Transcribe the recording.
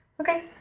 Okay